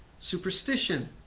superstition